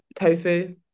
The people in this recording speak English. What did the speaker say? tofu